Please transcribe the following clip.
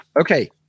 Okay